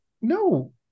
no